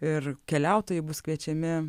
ir keliautojai bus kviečiami